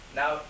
now